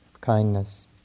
kindness